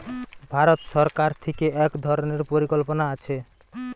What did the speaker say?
ভারত সরকার থিকে এক ধরণের পরিকল্পনা আছে